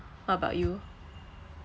what about you